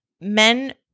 men